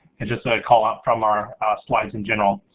and just a call out from our slides in general.